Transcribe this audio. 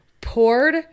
poured